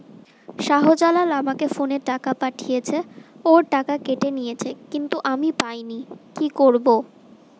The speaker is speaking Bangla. শাহ্জালাল আমাকে ফোনে টাকা পাঠিয়েছে, ওর টাকা কেটে নিয়েছে কিন্তু আমি পাইনি, কি করব?